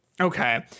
Okay